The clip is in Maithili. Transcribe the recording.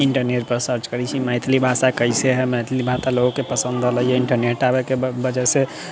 इन्टरनेटपर सर्च करै छी मैथिली भाषा कइसे हइ मैथिली भाषा लोकके पसन्द होलै हइ इन्टरनेट आबैके वजहसँ